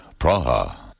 Praha